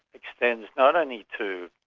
extends not only to,